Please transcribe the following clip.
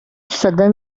southern